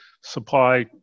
supply